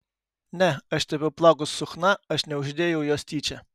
ne aš tepiau plaukus su chna aš neuždėjau jos tyčia